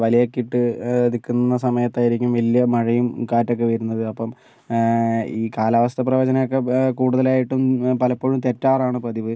വലയൊക്കെ ഇട്ട് നിൽക്കുന്ന സമയത്തായിരിക്കും വലിയ മഴയും കാറ്റൊക്കെ വരുന്നത് അപ്പം ഈ കാലാവസ്ഥ പ്രവചനം ഒക്കെ കൂടുതലായിട്ടും ഞാൻ പലപ്പോഴും തെറ്റാറാണ് പതിവ്